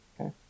Okay